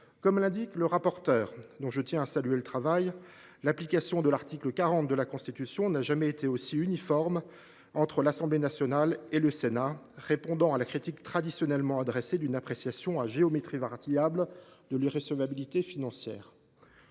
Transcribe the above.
Comme l’indique le rapporteur, dont je tiens à saluer le travail, « l’application de l’article 40 de la Constitution n’a jamais été aussi uniforme […] entre l’Assemblée nationale et le Sénat, répondant à la critique traditionnellement adressée d’une appréciation “à géométrie variable” de l’irrecevabilité financière